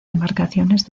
embarcaciones